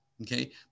Okay